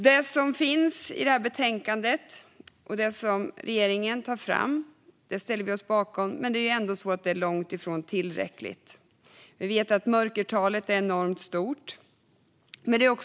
Det som regeringen tar upp i betänkandet ställer vi oss bakom, men det är långt ifrån tillräckligt. Vi vet att mörkertalet är enormt stort.